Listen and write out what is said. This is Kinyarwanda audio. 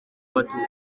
abatutsi